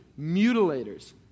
mutilators